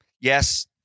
Yes